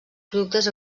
productes